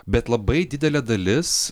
bet labai didelė dalis